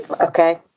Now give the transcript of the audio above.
okay